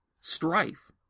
strife